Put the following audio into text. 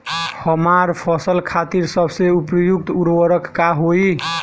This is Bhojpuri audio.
हमार फसल खातिर सबसे उपयुक्त उर्वरक का होई?